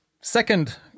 Second